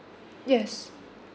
yes